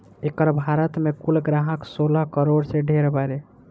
एकर भारत मे कुल ग्राहक सोलह करोड़ से ढेर बारे